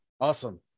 awesome